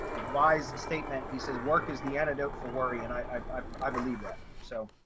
wise statement. he says work is the antidote for worry, and i i believe that so.